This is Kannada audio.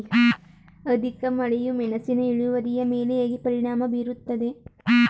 ಅಧಿಕ ಮಳೆಯು ಮೆಣಸಿನ ಇಳುವರಿಯ ಮೇಲೆ ಹೇಗೆ ಪರಿಣಾಮ ಬೀರುತ್ತದೆ?